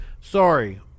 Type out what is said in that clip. sorry